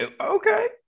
okay